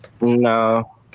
no